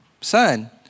son